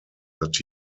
that